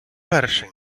перший